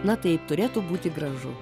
na taip turėtų būti gražu